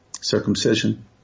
circumcision